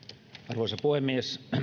arvoisa puhemies